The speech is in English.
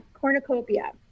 cornucopia